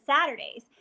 Saturdays